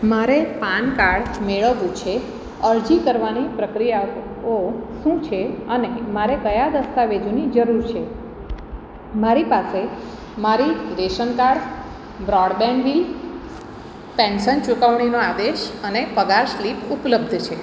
મારે PAN card મેળવવું છે અરજી કરવાની પ્રક્રિયા ઓ શું છે અને મારે કયા દસ્તાવેજોની જરૂર છે મારી પાસે મારી ration card broadband bill pension ચૂકવણીનો આદેશ અને પગાર સ્લિપ ઉપલબ્ધ છે